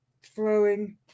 flowing